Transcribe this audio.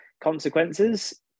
consequences